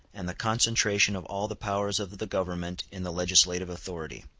and the concentration of all the powers of the government in the legislative authority.